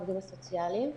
העובדים הסוציאליים.